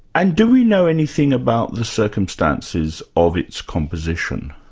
and do we know anything about the circumstances of its composition?